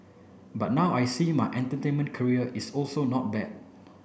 but now I see my entertainment career is also not bad